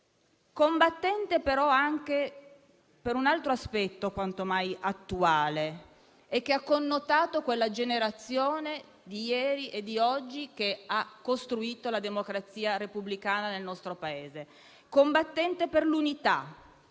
Combattente, però, anche per un altro aspetto, quanto mai attuale, che ha connotato quella generazione di ieri e di oggi che ha costruito la democrazia repubblicana nel nostro Paese. Combattente per l'unità,